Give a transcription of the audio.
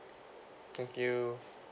thank you